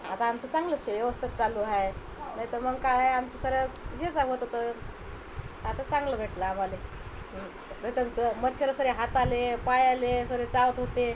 आता आमचं चांगलंचय व्यवस्थित चालू आहे नाही तर मग काय आमचं सरळ हे जाणवत होतं आता चांगलं भेटलं आम्हाले हं त्यांचं मच्छरं सारे हाताले पायाले सारे चावत होते